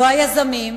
לא היזמים,